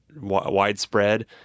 widespread